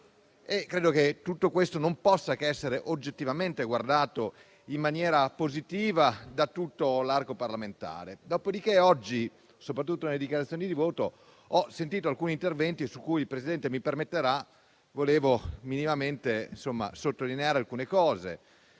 Credo che tutto questo non possa che essere oggettivamente guardato in maniera positiva da tutto l'arco parlamentare. Dopodiché oggi, soprattutto nelle dichiarazioni di voto, ho sentito alcuni interventi rispetto ai quali - il Presidente mi permetterà - vorrei fare alcune sottolineature.